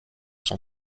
son